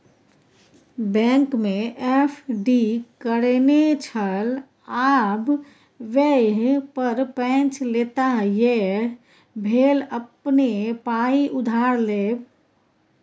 बैंकमे एफ.डी करेने छल आब वैह पर पैंच लेताह यैह भेल अपने पाय उधार लेब